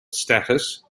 status